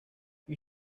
you